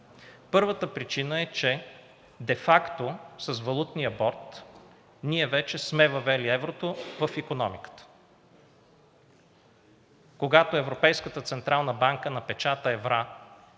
Първата причина е, че де факто с валутния борд ние вече сме въвели еврото в икономиката. Когато Европейската централна банка напечата евро